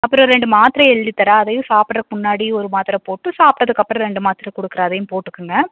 அப்புறம் ரெண்டு மாத்திரை எழுதி தரேன் அதையும் சாப்பிட்றக்கு முன்னாடி ஒரு மாத்திர போட்டு சாப்பிட்டதுக்கு அப்புறம் ரெண்டு மாத்திர கொடுக்குறேன் அதையும் போட்டுக்கோங்க